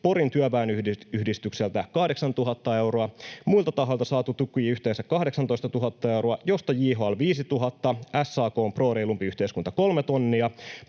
Porin Työväenyhdistykseltä 8 000 euroa ja muilta tahoilta saatu tuki yhteensä 18 000 euroa, josta JHL 5 000, SAK:n Pro reilumpi yhteiskunta kolme